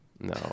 No